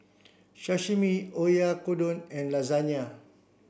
Sashimi Oyakodon and Lasagne